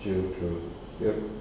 sure sure yup